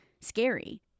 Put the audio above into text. scary